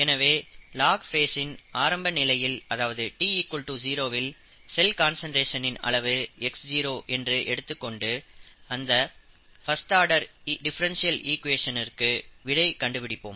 எனவே லாக் ஃபேஸ்சின் ஆரம்பநிலையில் அதாவது t0 வில் செல் கான்சன்ட்ரேஷனின் அளவு x0 என்று எடுத்துக்கொண்டு இந்த பஸ்ட் ஆர்டர் டிஃபரண்டியல் ஈகுவேஷனுக்கு விடை கண்டு பிடிப்போம்